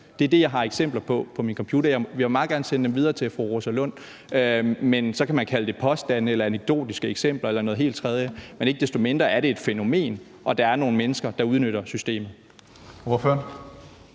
Det er det, jeg har eksempler på på min computer. Jeg vil meget gerne sende dem videre til fru Rosa Lund. Så kan man kalde det påstande, anekdotiske eksempler eller noget helt tredje, men ikke desto mindre er det et fænomen, og der er nogle mennesker, der udnytter systemet.